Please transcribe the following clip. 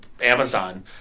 Amazon